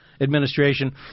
administration